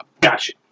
Gotcha